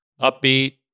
upbeat